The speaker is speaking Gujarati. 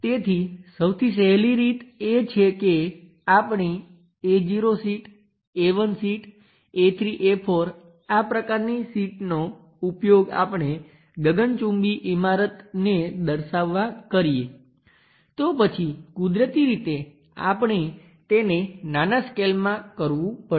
તેથી સૌથી સહેલી રીત એ છે કે આપણી Ao sheet A1 sheet A3 A4 આ પ્રકારની શીટ્સનો ઉપયોગ આપણે ગગનચુંબી ઇમારતને દર્શાવવા કરીએ તો પછી કુદરતી રીતે આપણે તેને નાના સ્કેલમાં કરવું પડશે